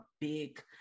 big